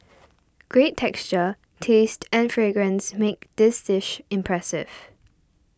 great texture taste and fragrance make this dish impressive